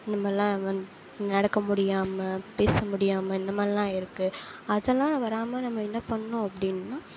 இந்த மாதிரிலாம் வந்து நடக்க முடியாமல் பேச முடியாமல் இந்த மாதிரிலாம் இருக்கு அதல்லாம் வராமல் நம்ம என்ன பண்ணணும் அப்படின்னா